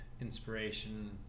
inspiration